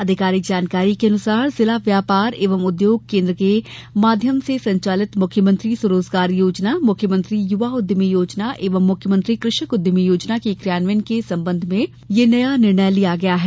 आधिकारिक जानकारी के अनुसार जिला व्यापार एवं उद्योग केन्द्र के माध्यम से संचालित मुख्यमंत्री स्व रोजगार योजना मुख्यमंत्री युवा उद्यमी योजना एवं मुख्यमंत्री कृषक उद्यमी योजना के क्रियान्वयन के संबंध में यह नया निर्णय लिया गया है